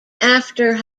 after